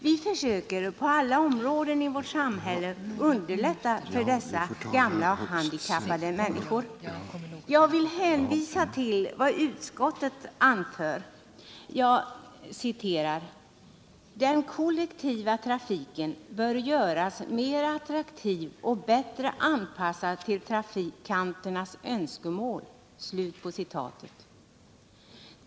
Vi försöker att på alla områden i vårt samhälle underlätta för dessa människor. Jag hänvisar till vad utskottet anför, att den kollektiva trafiken bör göras mera attraktiv och bättre anpassad till trafikanternas önskemål.